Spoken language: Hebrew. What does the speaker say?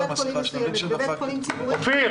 חולים מסוימת בבית חולים ציבורי כללי,